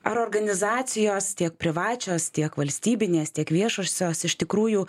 ar organizacijos tiek privačios tiek valstybinės tiek viešosios iš tikrųjų